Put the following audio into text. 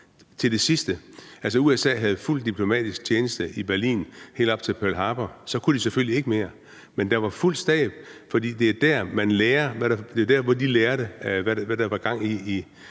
til det sidste. Altså, USA havde fuld diplomatisk tjeneste i Berlin helt op til Pearl Harbor. Så kunne de selvfølgelig ikke mere, men der var fuld stab, for det var der, hvor de lærte, hvad der var gang i